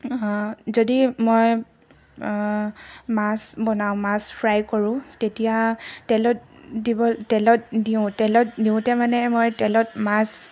যদি মই মাছ বনাওঁ মাছ ফ্ৰাই কৰোঁ তেতিয়া তেলত দিব তেলত দিওঁ তেলত দিওঁতে মানে মই তেলত মাছ